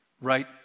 right